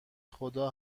خدا